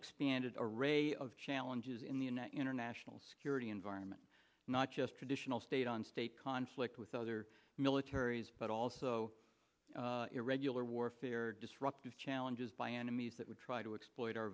expanded a ray of challenges in the an international security environment not just traditional state on state conflict with other militaries but also irregular warfare disruptive challenges by enemies that would try to exploit